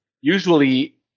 usually